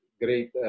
great